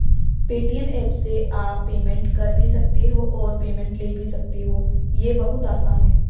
Paytm app से आप payment कर भी सकते हो और पेमेंट ले भी सकते हो, ये बहुत आसान है